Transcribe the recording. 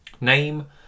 name